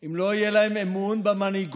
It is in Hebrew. אם לא יהיה להם אמון במנהיגות,